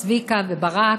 צביקה וברק.